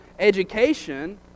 education